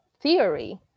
theory